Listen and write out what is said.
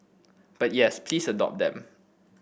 but yes please adopt them